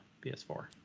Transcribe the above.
PS4